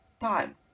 time